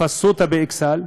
בפסוטה, באיכסל,